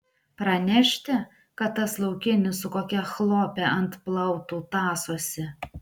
pranešti kad tas laukinis su kokia chlope ant plautų tąsosi